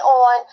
on